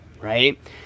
right